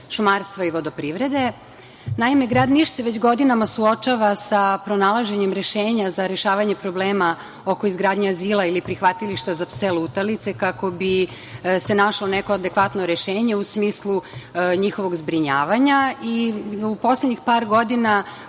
šumarstva i vodoprivrede. Naime, grad Niš se već godinama suočava sa pronalaženjem rešenja za rešavanje problema oko izgradnje azila ili prihvatilišta za pse lutalice kako bi se našlo neko adekvatno rešenje u smislu njihovog zbrinjavanja. U poslednjih par godina